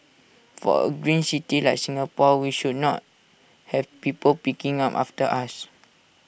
for A green city like Singapore we should not have people picking up after us